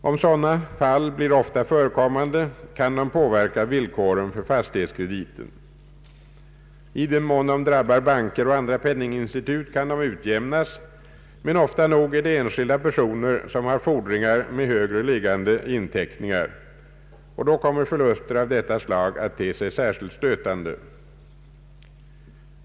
Om sådana fall blir ofta förekommande, kan de påverka villkoren för fastighetskrediten. I den mån de drabbar banker och andra penninginstitut kan de utjämnas, men ofta nog är det enskilda personer som har fordringar med högre liggande inteckningar, och då kommer förluster av detta slag att te sig särskilt stötande.